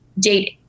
date